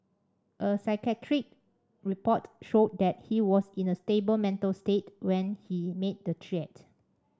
a psychiatric report showed that he was in a stable mental state when he made the threat